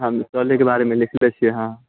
हँ मिसरौलीके बारेमे लिखने छियै हँ